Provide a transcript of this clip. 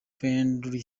friendly